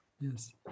Yes